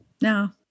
no